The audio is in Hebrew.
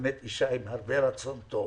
ואשה עם הרבה רצון טוב,